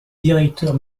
directeur